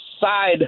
side